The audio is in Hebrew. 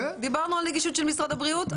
דיברנו על נגישות של משרד הבריאות,